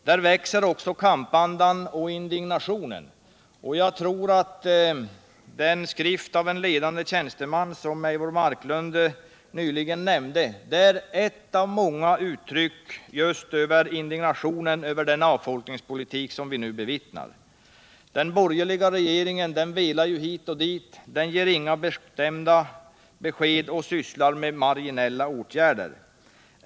Där växer också kampandan och indignationen. Jag tror att den skrift av en ledande tjänsteman som Eivor Marklund nyligen nämnde är ett av många uttryck just för indignationen över den avfolkningspolitik vi nu bevittnar. Den borgerliga regeringen velar hit och dit. Den ger inga bestämda besked och sysslar med marginella åtgärder.